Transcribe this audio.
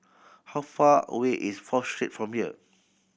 how far away is Fourth Street from here